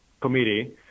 Committee